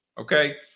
okay